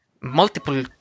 multiple